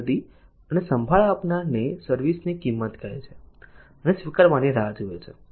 તે દર્દી અને સંભાળ આપનારને સર્વિસ ની કિંમત કહે છે અને સ્વીકારવાની રાહ જુએ છે